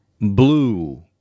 blue